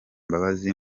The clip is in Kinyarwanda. mbabazi